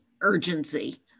urgency